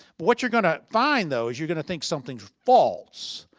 what you're going to find though is you're going to think something's false.